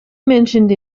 mentioned